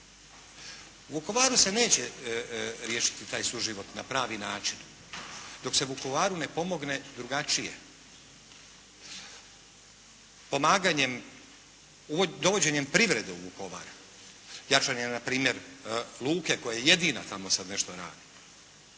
U Vukovaru se neće riješiti taj suživot na pravi način dok se Vukovaru ne pomogne drugačije. Pomaganjem, dovođenjem privrede u Vukovar, jačanjem npr. luke koja jedina tamo sada nešto radi.